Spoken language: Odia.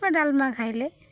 ବା ଡାଲମା ଖାଇଲେ